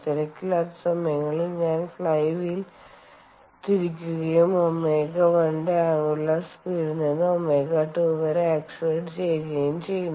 തിരക്കില്ലാത്ത സമയങ്ങളിൽ ഞാൻ flywheel തിരിക്കുകയും ω1 ന്റെ അംഗുലർ സ്പീഡ്ൽ നിന്ന് ω2 വരെ അക്സെലെരേറ്റ് ചെയുകയും ചെയുന്നു